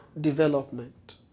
development